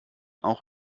auch